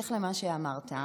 ובהמשך למה שאמרת,